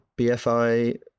BFI